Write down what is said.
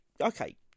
Okay